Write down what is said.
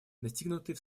достигнутый